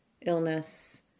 illness